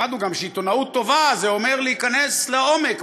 למדנו גם שעיתונאות טובה זה להיכנס לעומק,